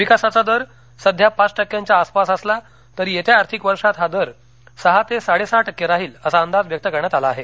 विकासाचा दर सध्या पाच टक्क्यांच्या आसपास असला तरी येत्या आर्थिक वर्षात हा दर सहा ते साडे सहा टक्के राहील असा अंदाज व्यक्त करण्यात आला आहे